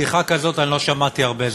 תשמעו, בדיחה כזאת אני לא שמעתי הרבה זמן.